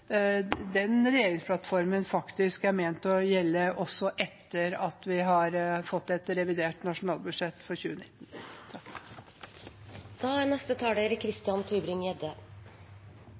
den regjeringsplattformen faktisk er ment å gjelde også etter at vi har fått et revidert nasjonalbudsjett for 2019.